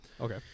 Okay